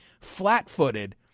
flat-footed